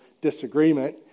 disagreement